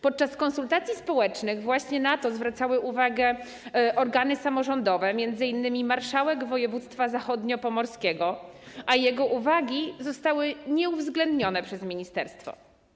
Podczas konsultacji społecznych właśnie na to zwracały uwagę organy samorządowe, m.in. marszałek województwa zachodniopomorskiego, a jego uwagi zostały nieuwzględnione przez ministerstwo.